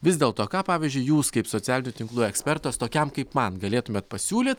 vis dėl to ką pavyzdžiui jūs kaip socialinių tinklų ekspertas tokiam kaip man galėtumėt pasiūlyt